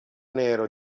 nero